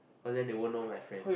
cause then they won't know my friend